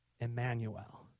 Emmanuel